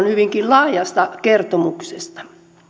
hyvinkin laajasta kertomuksesta